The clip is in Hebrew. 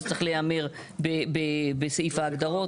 וזה צריך להיאמר בסעיף ההגדרות.